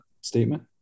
statement